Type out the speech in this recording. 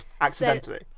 accidentally